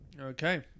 Okay